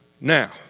Now